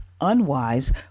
unwise